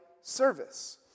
service